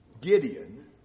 Gideon